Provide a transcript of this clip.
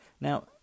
Now